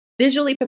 visually